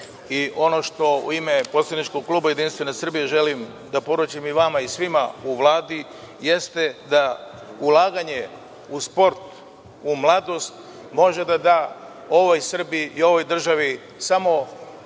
što u ime poslaničkog kluba Jedinstvena Srbija želim da poručim i vama i svima u Vladi, jeste da ulaganje u sport, ulaganje u mladost može da da ovoj Srbiji i ovoj državi samo